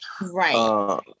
Right